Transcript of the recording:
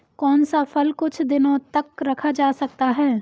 कौन सा फल कुछ दिनों तक रखा जा सकता है?